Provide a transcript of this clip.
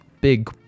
Big